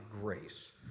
grace